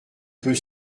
peut